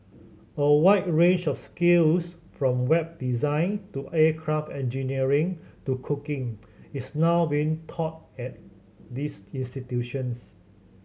a wide range of skills from Web design to aircraft engineering to cooking is now being taught at these institutions